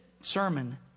sermon